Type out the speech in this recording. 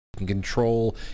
control